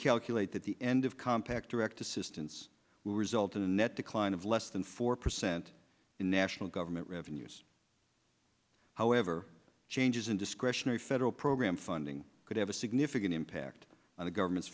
calculate that the end of compact direct assistance will result in a net decline of less than four percent in national government revenues however changes in discretionary federal program funding could have a significant impact on the government's